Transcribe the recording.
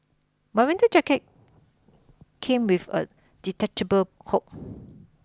my winter jacket came with a detachable hood